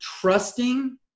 trusting